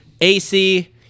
AC